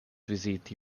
viziti